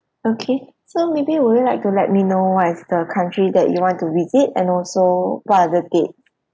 okay so maybe would you like to let me know what is the country that you want to visit and also what are the date